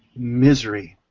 misery.